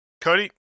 Cody